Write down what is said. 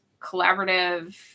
collaborative